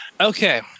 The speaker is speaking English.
Okay